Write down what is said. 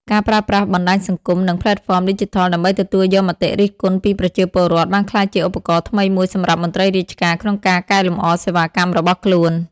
ការប្រើប្រាស់បណ្តាញសង្គម និងផ្លេតហ្វមឌីជីថលដើម្បីទទួលយកមតិរិះគន់ពីប្រជាពលរដ្ឋ បានក្លាយជាឧបករណ៍ថ្មីមួយសម្រាប់មន្ត្រីរាជការក្នុងការកែលម្អសេវាកម្មរបស់ខ្លួន។